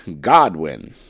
Godwin